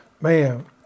Man